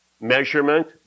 measurement